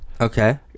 okay